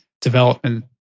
development